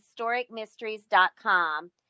historicmysteries.com